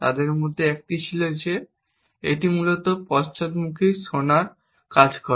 তার মধ্যে একটি ছিল যে এটি মূলত পশ্চাদমুখী শোনার কাজ করে